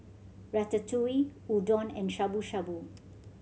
Ratatouille Udon and Shabu Shabu